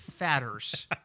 fatters